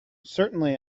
certainly